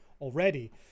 already